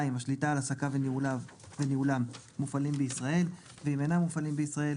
2.השליטה על עסקיו וניהולם מופעלים בישראל ואם אינם מופעלים בישראל,